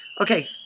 Okay